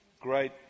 great